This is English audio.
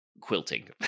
quilting